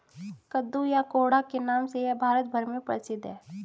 कद्दू या कोहड़ा के नाम से यह भारत भर में प्रसिद्ध है